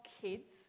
kids